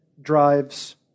drives